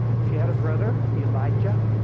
she had a brother, elijah,